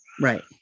Right